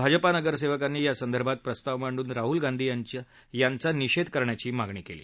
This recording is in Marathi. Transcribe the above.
भाजपा नगरसेवकांनी या संदर्भात प्रस्ताव मांडून राहुल गांधी यांचा निषेध करण्याची मागणी केली